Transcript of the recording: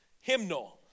Hymnal